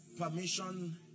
permission